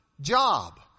job